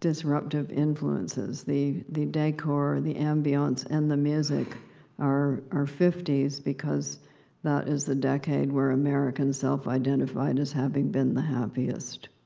disruptive influences. the the decor, the ambiance, and the music are are fifty s because that is the decade where americans self-identify and as having been the happiest.